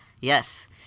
yes